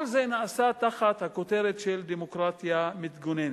כל זה נעשה תחת הכותרת של "דמוקרטיה מתגוננת".